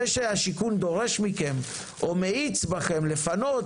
זה שהשיכון דורש מכם או מאיץ בכם לפנות,